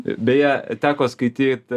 beje teko skaityt